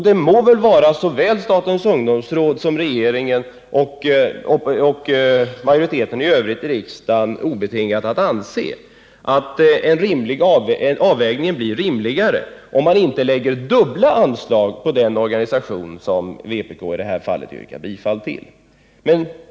Det må vara såväl statens ungdomsråd som regeringen och majoriteten i övrigt i riksdagen obetingat att anse att avvägningen blir rimligare, om man inte, såsom vpk i detta fall föreslår, ger denna organisation dubbla anslag.